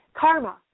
karma